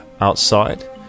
outside